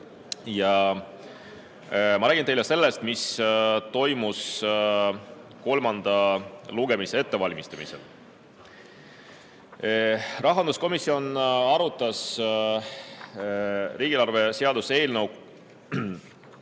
Ja ma räägin teile sellest, mis toimus kolmanda lugemise ettevalmistamisel. Rahanduskomisjon arutas riigieelarve seaduse eelnõu